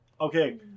okay